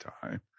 time